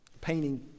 painting